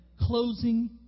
closing